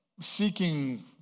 seeking